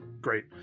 Great